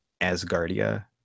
Asgardia